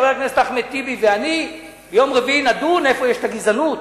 חבר הכנסת אחמד טיבי ואני נדון ביום רביעי איפה יש גזענות.